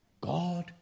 God